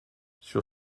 sur